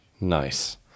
Nice